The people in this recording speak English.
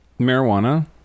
marijuana